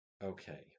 Okay